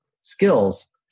skills